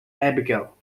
abigail